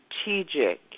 strategic